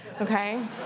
okay